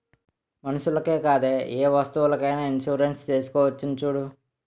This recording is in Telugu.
మనుషులకే కాదే ఏ వస్తువులకైన ఇన్సురెన్సు చేసుకోవచ్చును చూడూ